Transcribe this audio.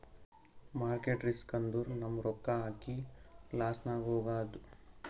market risk ಅಂದುರ್ ನಮ್ ರೊಕ್ಕಾ ಹಾಕಿ ಲಾಸ್ನಾಗ್ ಹೋಗದ್